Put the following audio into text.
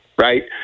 right